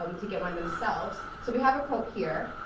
um to get one themselves. so we have a quote here.